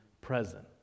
present